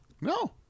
No